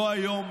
לא היום.